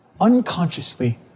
unconsciously